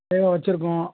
தேவை வைச்சுருக்கோம்